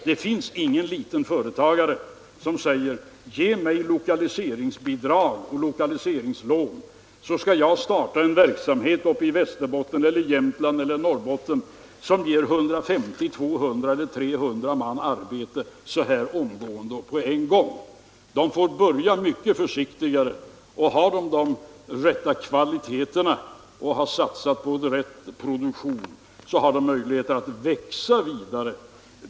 Det finns ingen småföretagare som säger: Ge mig lokaliseringsbidrag och lokaliseringslån, så skall jag starta en verksamhet uppe i Västerbotten — eller i Jämtland eller i Norrbotten — som omgående ger 150, 200 eller 300 man arbete samtidigt! Företagarna får börja mycket försiktigare, och har de då de rätta kvaliteterna och har satsat på den rätta produktionen har de möjlighet att växa vidare.